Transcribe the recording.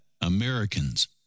Americans